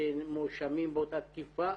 שמואשמים באותה תקיפה?